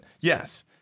yes